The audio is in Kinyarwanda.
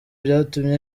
byatumye